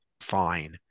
fine